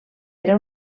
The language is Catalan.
era